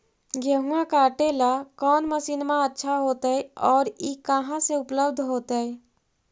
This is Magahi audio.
गेहुआ काटेला कौन मशीनमा अच्छा होतई और ई कहा से उपल्ब्ध होतई?